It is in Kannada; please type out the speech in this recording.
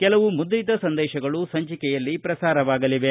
ಕೆಲವು ಮುದ್ರಿತ ಸಂದೇಶಗಳು ಸಂಚಿಕೆಯಲ್ಲಿ ಪ್ರಸಾರವಾಗಲಿವೆ